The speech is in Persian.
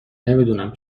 نمیدونم